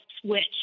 switch